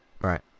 Right